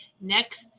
next